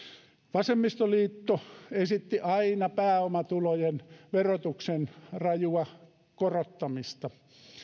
vasemmistoliitto esitti aina pääomatulojen verotuksen rajua korottamista